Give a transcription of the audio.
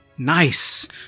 Nice